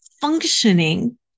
functioning